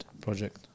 project